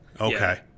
Okay